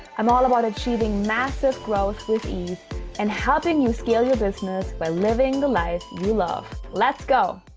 i'm all about achieving massive growth with ease and how can you scale your business by living the life you love? let's go.